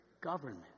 government